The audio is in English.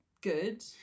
good